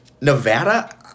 Nevada